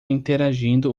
interagindo